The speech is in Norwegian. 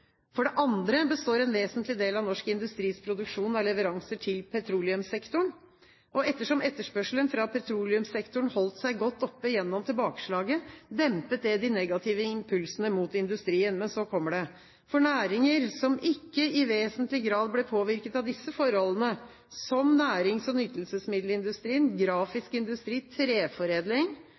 For det andre består en vesentlig del av norsk industris produksjon av leveranser til petroleumssektoren. Ettersom etterspørselen fra petroleumssektoren holdt seg godt oppe gjennom tilbakeslaget, dempet det de negative impulsene mot industrien.» Men så kommer det: «For næringer som ikke i vesentlig grad ble påvirket av disse forholdene, som nærings- og nytelsesmiddelindustrien, grafisk industri, treforedling